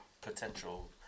potential